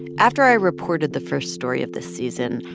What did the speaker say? after i reported the first story of the season,